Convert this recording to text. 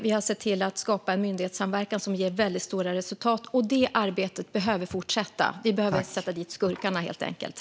Vi har sett till att skapa en myndighetssamverkan som ger väldigt stora resultat. Det arbetet behöver fortsätta. Vi behöver sätta dit skurkarna, helt enkelt.